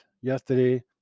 yesterday